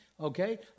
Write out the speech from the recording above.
Okay